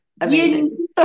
amazing